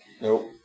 Nope